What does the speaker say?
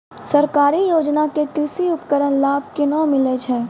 सरकारी योजना के कृषि उपकरण लाभ केना मिलै छै?